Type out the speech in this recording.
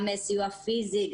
גם סיוע פיזי,